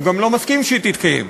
הוא גם לא מסכים שהיא תתקיים.